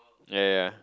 yea yea yea